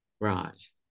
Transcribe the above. Raj